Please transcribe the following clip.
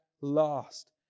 last